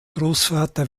großvater